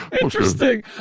Interesting